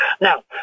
Now